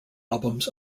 albums